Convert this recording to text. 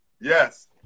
Yes